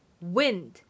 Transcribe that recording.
wind